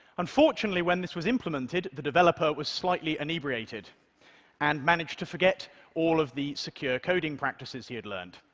unfortunately, when this was implemented, the developer was slightly inebriated and managed to forget all of the secure coding practices he had learned.